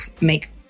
make